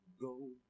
go